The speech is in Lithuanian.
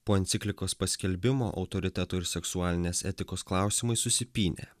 po enciklikos paskelbimo autoriteto ir seksualinės etikos klausimai susipynė